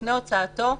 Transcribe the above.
לפני הוצאתו,